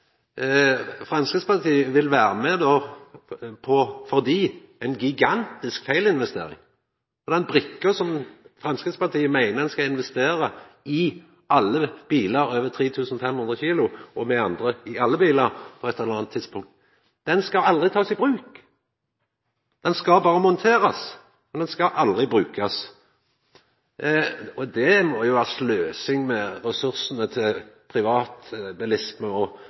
Framstegspartiet vil vera med på ei – for dei – gigantisk feilinvestering. Denne brikka, som Framstegspartiet meiner ein skal investera i for alle bilar over 3 500 kg – og i alle andre bilar på eit eller anna tidspunkt – ho skal aldri takast i bruk. Ho skal berre monterast, men ho skal aldri brukast. Det å investera i ei brikke som ikkje skal brukast til